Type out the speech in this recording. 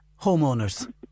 homeowners